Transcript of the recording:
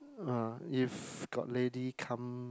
uh if got lady come